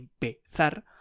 empezar